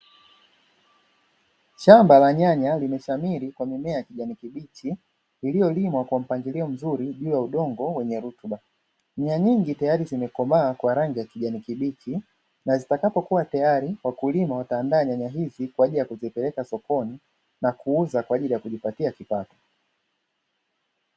Shamba la nyanya limeshamiri kwa mimea ya kijani kibichi, iliyolimwa kwa mpangilio mzuri juu ya udongo wenye rutuba, nyanya nyingi tayari zimekomaa kwa rangi ya kijani kibichi na zitakapokuwa tayari wakulima wataandaa nyanya hizi kwa ajili ya kuzipeleka sokoni, na kuuza kwa ajili ya kujipatia kipato.